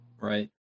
Right